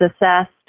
assessed